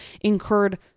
incurred